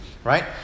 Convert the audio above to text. Right